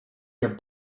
your